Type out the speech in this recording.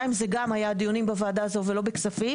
זה גם היה בוועדה הזו ולא בכספים,